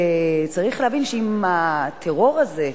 צריך להבין שאם הטרור הזה,